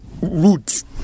Roots